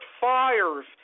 fires